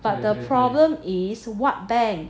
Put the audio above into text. but the problem is what bank